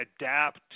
adapt